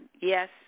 yes